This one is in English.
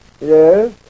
yes